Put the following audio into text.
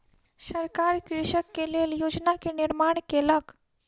सरकार कृषक के लेल योजना के निर्माण केलक